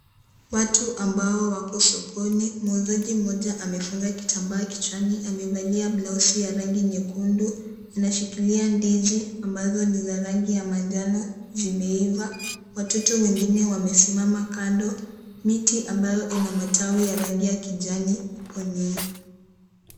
Watu ambao wako sokoni. Muuzaji mmoja amefunga kitambaa kichwani. Amevalia blausi ya rangi nyekundu, anashikilia ndizi ambazo ni za rangi ya manjano zimeiva. Watoto wengine wamesimama kando. Miti ambayo ina matawi ya rangi ya kijani eneo hii.